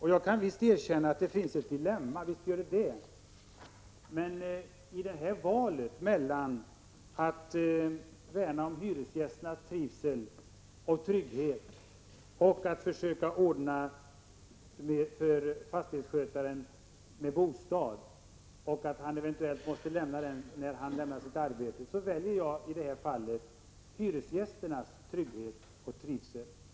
Jag kan dock erkänna att det finns ett dilemma. Men i valet mellan att värna om hyresgästernas trivsel och trygghet och att försöka ordna med bostad till fastighetsskötaren — en bostad som han eventuellt måste lämna när han lämnar anställningen — väljer jag hyresgästernas trivsel och trygghet.